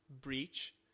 breach